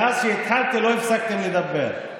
מאז שהתחלתי לא הפסקתם לדבר.